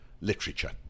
literature